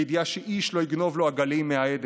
בידיעה שאיש לא יגנוב לו עגלים מהעדר.